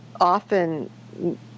Often